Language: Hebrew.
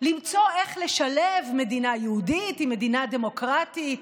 למצוא איך לשלב מדינה יהודית עם מדינה דמוקרטית